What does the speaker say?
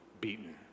beaten